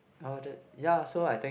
oh that ya so I think